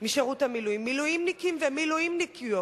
מילואימניקים ומילואימניקיות,